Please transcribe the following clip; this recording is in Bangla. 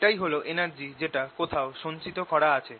এটাই হল energy যেটা কোথাও সঞ্চিত করা আছে